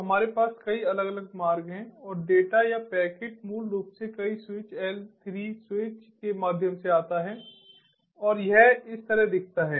तो हमारे पास कई अलग अलग मार्ग हैं और डेटा या पैकेट मूल रूप से कई स्विच L3 स्विच के माध्यम से आता है और यह इस तरह दिखता है